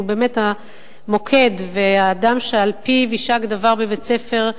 שהוא באמת המוקד והאדם שעל פיו יישק דבר בבית-ספר,